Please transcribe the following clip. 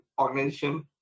organization